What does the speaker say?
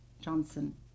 Johnson